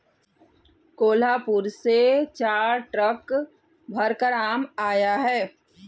कोहलापुर से चार ट्रक भरकर आम आया है